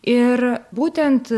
ir būtent